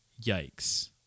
yikes